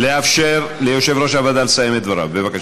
לאפשר ליושב-ראש הוועדה לסיים את דבריו, בבקשה.